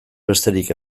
besterik